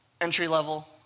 entry-level